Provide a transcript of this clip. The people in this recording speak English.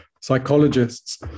psychologists